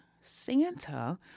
Santa